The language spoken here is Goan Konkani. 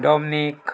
डोमनीक